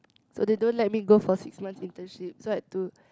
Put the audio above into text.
so they don't let me go for six months internship so I had to